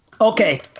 Okay